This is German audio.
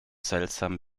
seltsam